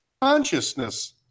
Consciousness